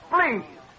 Please